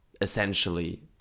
essentially